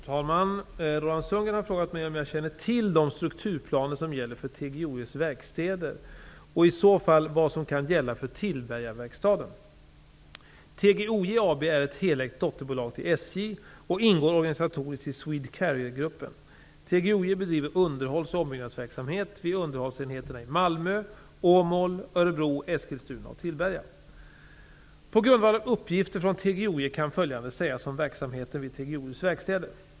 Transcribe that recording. Herr talman! Roland Sundgren har frågat mig om jag känner till de strukturplaner som gäller för TGOJ:s verkstäder och i så fall vad som kan gälla för Tillbergaverkstaden. På grundval av uppgifter från TGOJ kan följande sägas om verksamheten vid TGOJ:s verkstäder.